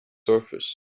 surface